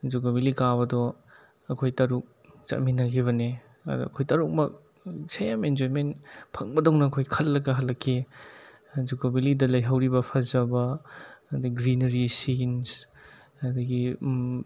ꯖꯨꯀꯣ valley ꯀꯥꯕꯗꯣ ꯑꯩꯈꯣꯏ truck ꯆꯠꯃꯤꯟꯅꯈꯤꯕꯅꯤ ꯑꯗꯣ ꯑꯩꯈꯣꯏ ꯇꯔꯨꯛꯃꯛ ꯁꯦꯝ ꯏꯟꯖꯣꯏꯃꯦꯟ ꯐꯪꯕꯗꯧꯅ ꯑꯩꯈꯣꯏ ꯈꯜꯂꯒ ꯍꯜꯂꯛꯈꯤ ꯖꯨꯀꯣ ꯕꯦꯂꯤꯗ ꯂꯩꯍꯧꯔꯤꯕ ꯐꯖꯕ ꯑꯗꯩ ꯒ꯭ꯔꯤꯅꯔꯤ ꯁꯤꯟꯁ ꯑꯗꯒꯤ